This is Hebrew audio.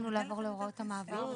הוצאות אחזקת הרכב,